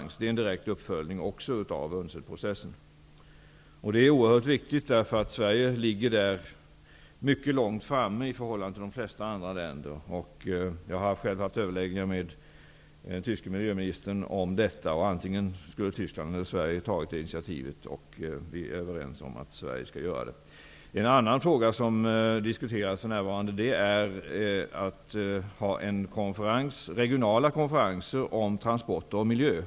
Också detta är en direkt uppföljning av UNCR-processen. Det är oerhört viktigt, eftersom Sverige ligger mycket långt framme i förhållande till de flesta andra länder. Jag har själv haft överläggningar med den tyske miljöministern om detta. Antingen skulle Tyskland eller Sverige tagit initiativet, och vi är överens om att Sverige skall göra det. En annan fråga som diskuteras för närvarande är att genomföra regionala konferenser om transporter och miljö.